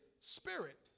spirit